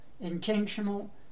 intentional